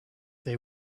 they